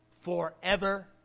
forever